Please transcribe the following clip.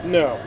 no